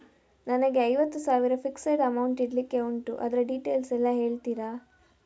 ನನಗೆ ಐವತ್ತು ಸಾವಿರ ಫಿಕ್ಸೆಡ್ ಅಮೌಂಟ್ ಇಡ್ಲಿಕ್ಕೆ ಉಂಟು ಅದ್ರ ಡೀಟೇಲ್ಸ್ ಎಲ್ಲಾ ಹೇಳ್ತೀರಾ?